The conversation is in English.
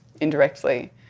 indirectly